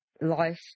life